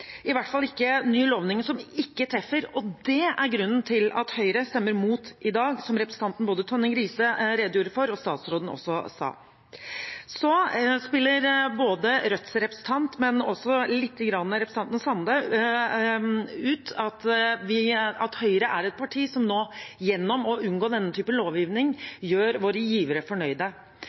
i hvert fall ikke ny lovgivning som ikke treffer. Og det er grunnen til at Høyre stemmer mot i dag, som representanten Tonning Riise redegjorde for, og som statsråden også sa. Så spiller Rødts representant, og også litt representanten Sande, ut at Høyre er et parti som nå gjennom å unngå denne type lovgivning gjør våre givere fornøyde.